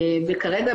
כרגע,